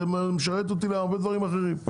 זה משרת אותי בהרבה דברים אחרים.